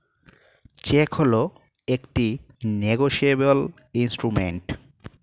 check হল একটি negotiable instrument